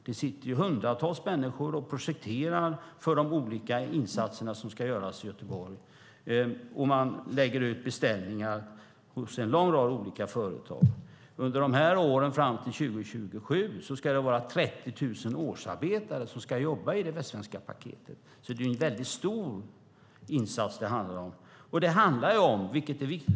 Det sitter hundratals människor och projekterar för de olika insatser som ska göras i Göteborg, och det läggs ut beställningar på en lång rad företag. Under åren fram till 2027 ska 30 000 årsarbetare jobba i Västsvenska paketet. Det handlar alltså om en mycket stor insats.